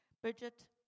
Bridget